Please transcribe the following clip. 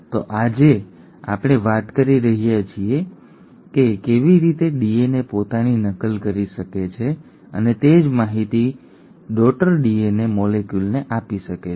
તો આજે અમે વાત કરી રહ્યા છીએ આજે અમે વાત કરી રહ્યા છીએ કે કેવી રીતે ડીએનએ પોતાની નકલ કરી શકે છે અને તે જ માહિતી પુત્રી ડીએનએ મોલેક્યુલને આપી શકે છે